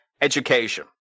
education